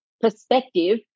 perspective